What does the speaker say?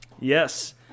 Yes